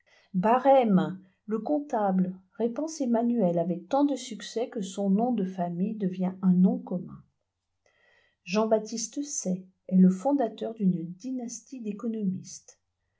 barème le comptable répand ses manuels avec tant de succès que son nom de famille devient un nom commun jean-baptiste say est le fondateur d'une dynastie d'économistes